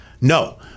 No